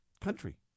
country